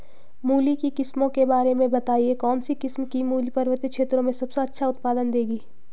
मूली की किस्मों के बारे में बताइये कौन सी किस्म की मूली पर्वतीय क्षेत्रों में सबसे अच्छा उत्पादन देंगी?